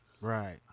Right